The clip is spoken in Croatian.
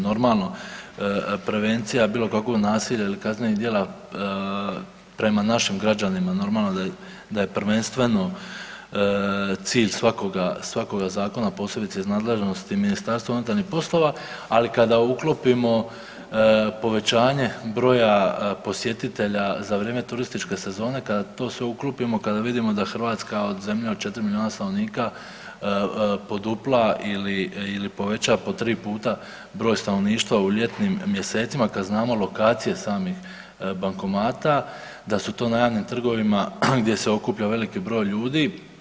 Normalno, prevencija bilo kakvog nasilja ili kaznenih djela prema našim građanima normalno da je prvenstveno cilj svakoga zakona, posebice iz nadležnosti MUP-a, ali kada uklopimo povećanje broja posjetitelja za vrijeme turističke sezone kada to sve uklopimo, kada vidimo da Hrvatska zemlja od 4 milijuna stanovnika podupla ili poveća po tri puta broj stanovništva u ljetnim mjesecima, kada znamo lokacije samih bankomata da su to na javnim trgovima gdje se okuplja veliki broj ljudi.